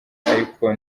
ariko